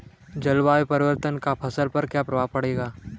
जलवायु परिवर्तन का फसल पर क्या प्रभाव पड़ेगा?